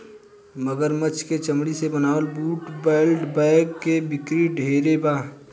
मगरमच्छ के चमरी से बनावल बूट, बेल्ट, बैग के बिक्री ढेरे बा